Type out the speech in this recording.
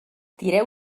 tireu